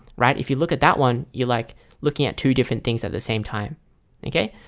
right? if you look at that one you like looking at two different things at the same time okay,